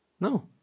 No